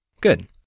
Good